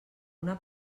una